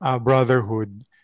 brotherhood